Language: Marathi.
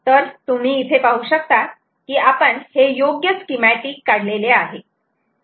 तर तुम्ही इथे पाहू शकतात की आपण हे योग्य स्कीमॅटिक काढलेले आहे